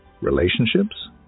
Relationships